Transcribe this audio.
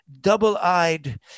double-eyed